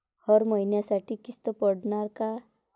हर महिन्यासाठी किस्त पडनार का?